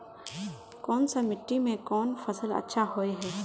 कोन सा मिट्टी में कोन फसल अच्छा होय है?